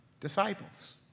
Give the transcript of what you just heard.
disciples